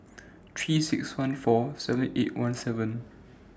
three six one four seven eight one seven